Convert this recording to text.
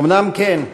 אומנם כן,